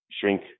shrink